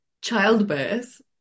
childbirth